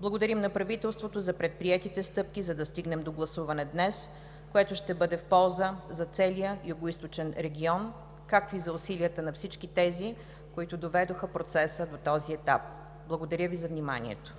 Благодарим на правителството за предприетите стъпки, за да стигнем до гласуване днес, което ще бъде в полза за целия Югоизточен регион, както и за усилията на всички тези, които доведоха процеса до този етап. Благодаря Ви за вниманието.